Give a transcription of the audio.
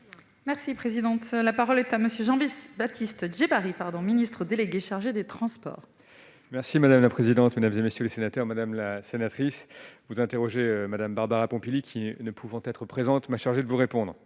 Merci président la parole est à monsieur Jean Baptiste Djebbari pardon, ministre délégué chargé des Transports. Merci madame la présidente, mesdames et messieurs les sénateurs, Madame la sénatrice, vous interroger Madame Barbara Pompili qui ne pouvant être présente m'a chargée de vous répondre